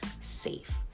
safe